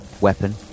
weapon